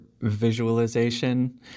visualization